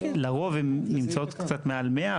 לרוב הן נמצאות קצת מעל 100,